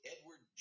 Edward